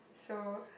so